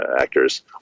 actors